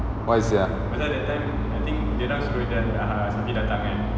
why sia